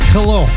Hello